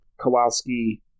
kowalski